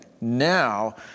Now